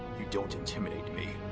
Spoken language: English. you don't intimidate me.